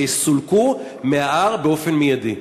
שיסולקו מההר באופן מיידי.